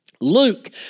Luke